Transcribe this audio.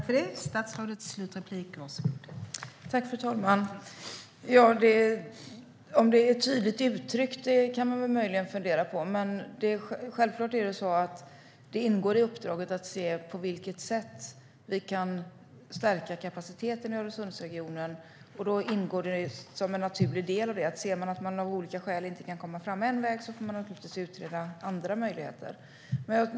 Fru talman! Om det är tydligt uttryckt kan man möjligen fundera på, men självklart ingår det i uppdraget att se på vilket sätt vi kan stärka kapaciteten i Öresundsregionen. I det ingår som en naturlig del att om man ser att man av olika skäl inte kan komma fram en väg måste man givetvis utreda andra möjligheter.